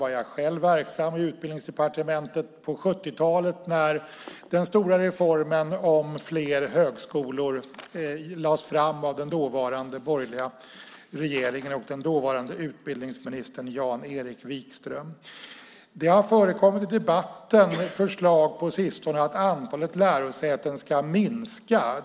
Jag var själv verksam i Utbildningsdepartementet på 70-talet när den stora reformen om fler högskolor lades fram av den dåvarande borgerliga regeringen och den dåvarande utbildningsministern Jan-Erik Wikström. Det har i debatten på sistone förekommit förslag att antalet lärosäten ska minska.